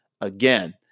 again